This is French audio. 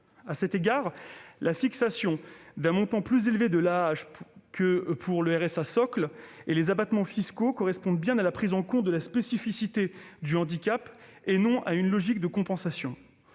À cet égard, la fixation d'un montant plus élevé pour l'AAH que pour le RSA socle ainsi que les abattements fiscaux correspondent bien à la prise en compte de la spécificité du handicap, et non à une logique de compensation.